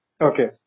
okay